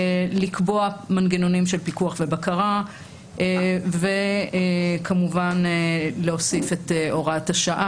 לקבוע מנגנונים של פיקוח ובקרה וכמובן להוסיף את הוראת השעה